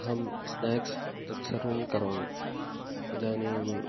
अहं स्न्याक्स् तत् सर्वं करोमि इदानीं